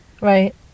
Right